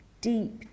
deep